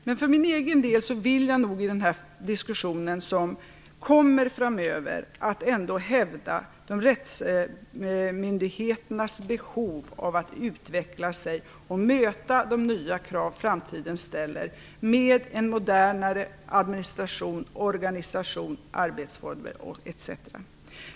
Men för min egen del vill jag nog i den kommande diskussionen ändå hävda rättsmyndigheternas behov av att utvecklas och möta de nya krav som framtiden ställer med en modernare administration, organisation och arbetsformer etc.